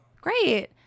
Great